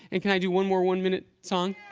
and can i do one more one-minute song?